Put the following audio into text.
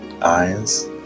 eyes